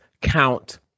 count